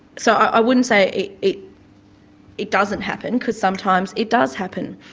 so i wouldn't say it it doesn't happen, because sometimes it does happen.